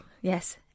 Yes